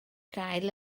gael